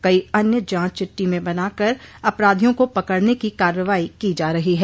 कई अन्य जांच टीमें बनाकर अपराधियों को पकड़ने की कार्रवाई की जा रही है